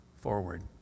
forward